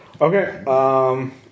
Okay